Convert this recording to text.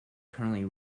currently